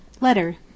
Letter